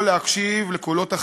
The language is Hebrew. יכול להקשיב לקולות אחרים,